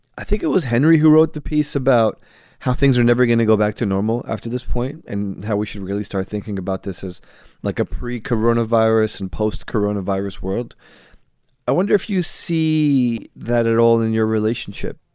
i think it was henry who wrote the piece about how things were never going to go back to normal after this point and how we should really start thinking about this as like a pre corona virus and post corona virus world i wonder if you see that at all in your relationship